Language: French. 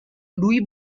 louis